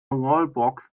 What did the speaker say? wallbox